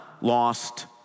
lost